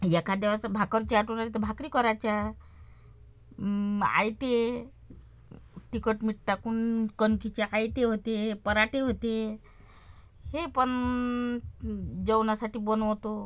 एखाद्यास भाकरची आठवण आली तर भाकरी करायच्या आयते तिखट मीठ टाकून कणकीचे आयते होते पराठे होते हे पण जेवणासाठी बनवतो